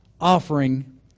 offering